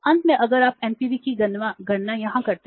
अंत में अगर आप एनपीवी है